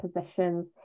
positions